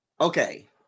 Okay